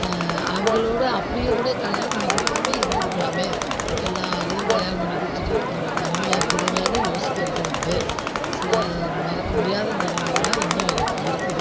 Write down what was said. அவங்களோடு அப்படியே கூட கல்யாணம் பண்ணி கொடுக்காமயே இருந்திருக்கலாமே எல்லோரையும் கல்யாணம் பண்ணி கொடுத்துட்டு இப்போ நம்ம தனிமையாக இருக்கிறோமேன்னு யோசிக்கிறதுண்டு சில மறக்க முடியாத நினைவுகளெலாம் இன்னும் எனக்கு இருக்குது